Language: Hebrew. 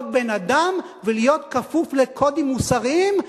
להיות בן-אדם ולהיות כפוף לקודים מוסריים,